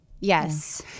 Yes